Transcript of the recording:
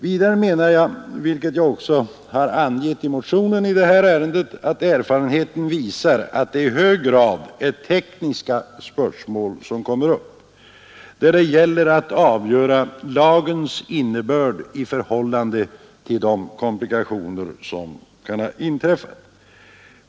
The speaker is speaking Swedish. Vidare menar jag, vilket jag också angett i motionen i detta ärende, att erfarenheten visar att det i hög grad är tekniska spörsmål som kommer upp, där det gäller att avgöra lagens innebörd i förhållande till de komplikationer som kan ha inträffat.